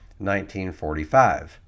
1945